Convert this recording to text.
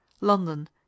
London